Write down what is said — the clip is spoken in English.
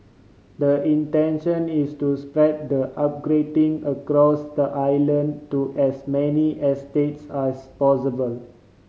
the intention is to spread the upgrading across the island to as many estates as possible